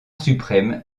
suprême